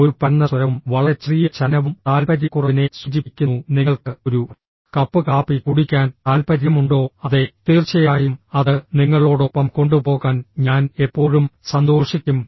ഒരു പരന്ന സ്വരവും വളരെ ചെറിയ ചലനവും താൽപ്പര്യക്കുറവിനെ സൂചിപ്പിക്കുന്നു നിങ്ങൾക്ക് ഒരു കപ്പ് കാപ്പി കുടിക്കാൻ താൽപ്പര്യമുണ്ടോ അതെ തീർച്ചയായും അത് നിങ്ങളോടൊപ്പം കൊണ്ടുപോകാൻ ഞാൻ എപ്പോഴും സന്തോഷിക്കും